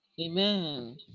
Amen